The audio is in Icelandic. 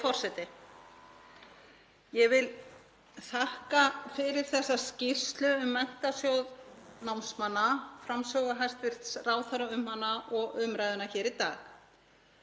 Ég vil þakka fyrir þessa skýrslu um Menntasjóð námsmanna, framsögu hæstv. ráðherra um hana og umræðuna hér í dag.